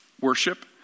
worship